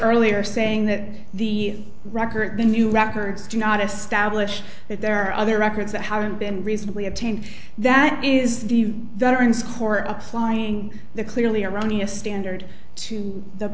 earlier saying that the record the new records do not establish that there are other records that haven't been recently obtained that is the veterans court of flying the clearly erroneous standard to the